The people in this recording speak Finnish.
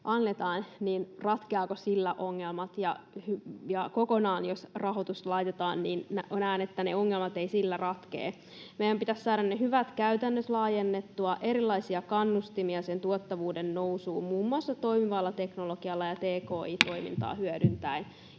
niin ratkeavatko sillä ongelmat, ja kokonaan jos rahoitus laitetaan, niin näen, että ne ongelmat eivät sillä ratkea. Meidän pitää saada ne hyvät käytännöt laajennettua, erilaisia kannustimia sen tuottavuuden nousuun muun muassa toimivalla teknologialla ja tki-toimintaa hyödyntäen.